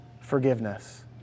forgiveness